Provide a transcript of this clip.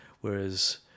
Whereas